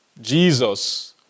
Jesus